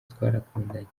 twarakundanye